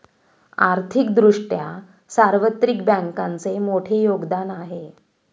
आर्थिक दृष्ट्या सार्वत्रिक बँकांचे मोठे योगदान आहे